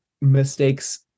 mistakes